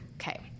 Okay